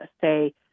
say